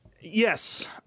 Yes